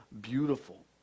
beautiful